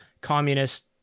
communist